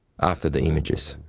after the images.